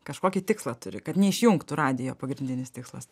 kažkokį tikslą turi kad neišjungtų radijo pagrindinis tikslas